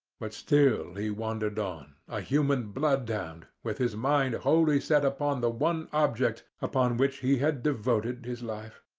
but still he wandered on, a human bloodhound, with his mind wholly set upon the one object upon which he had devoted his life.